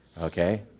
okay